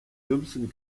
dümmsten